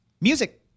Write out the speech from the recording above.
Music